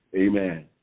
amen